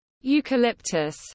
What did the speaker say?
eucalyptus